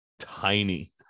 tiny